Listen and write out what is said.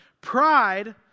pride